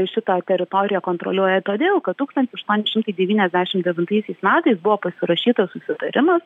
šitą teritoriją kontroliuoja todėl kad tūkstantis aštuoni šimtai devyniasdešimt devintaisiais metais buvo pasirašytas susitarimas